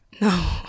no